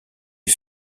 des